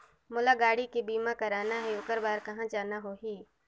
मोला गाड़ी के बीमा कराना हे ओकर बार कहा जाना होही?